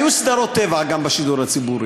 היו גם סדרות טבע בשידור הציבורי.